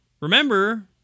remember